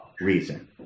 reason